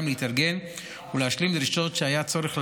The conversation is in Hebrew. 2 להתארגן ולהשלים דרישות שהיה צורך להשלימן.